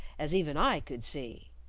as even i could see.